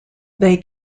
they